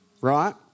right